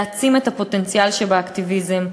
להעצים את הפוטנציאל שבאקטיביזם,